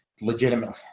legitimately